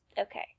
Okay